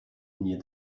near